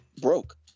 broke